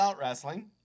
wrestling